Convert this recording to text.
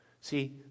See